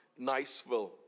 Niceville